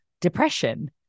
depression